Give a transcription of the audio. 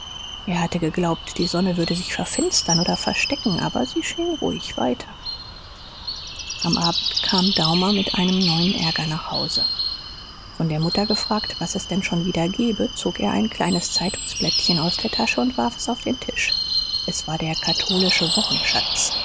er hatte geglaubt die sonne würde sich verfinstern oder verstecken aber sie schien ruhig weiter am abend kam daumer mit einem neuen ärger nach hause von der mutter gefragt was es denn schon wieder gebe zog er ein kleines zeitungsblättchen aus der tasche und warf es auf den tisch es war der katholische